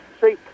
See